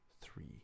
three